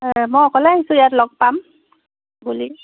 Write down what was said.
মই অকলে আহিছোঁ ইয়াত লগ পাম বুলি